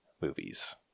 movies